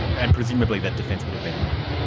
and presumably that defence would have been run?